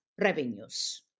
revenues